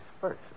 first